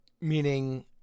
meaning